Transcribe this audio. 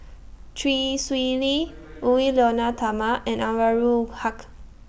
Chee Swee Lee Edwy Lyonet Talma and Anwarul Haque